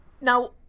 now